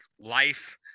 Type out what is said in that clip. life